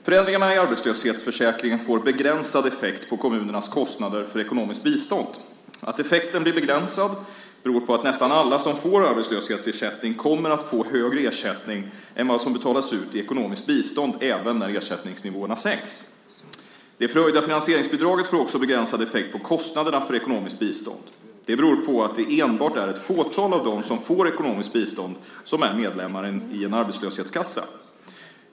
Förändringarna i arbetslöshetsförsäkringen får begränsad effekt på kommunernas kostnader för ekonomiskt bistånd. Att effekten blir begränsad beror på att nästan alla som får arbetslöshetsersättning kommer att få högre ersättning än vad som betalas ut i ekonomiskt bistånd även när ersättningsnivåerna sänks. Det förhöjda finansieringsbidraget får också begränsad effekt på kostnaderna för ekonomiskt bistånd. Det beror på att det enbart är ett fåtal av dem som får ekonomiskt bistånd som är medlemmar i en arbetslöshetskassa.